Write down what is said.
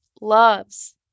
loves